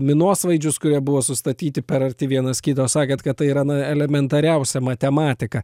minosvaidžius kurie buvo sustatyti per arti vienas kito sakėt kad tai yra na elementariausia matematika